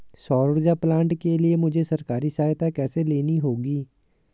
सौर ऊर्जा प्लांट के लिए मुझे सरकारी सहायता कैसे लेनी होगी?